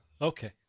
Okay